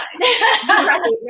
Right